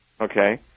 okay